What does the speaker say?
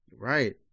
Right